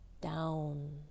down